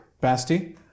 Basti